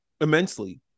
immensely